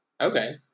Okay